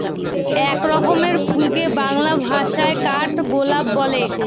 এক রকমের ফুলকে বাংলা ভাষায় কাঠগোলাপ বলে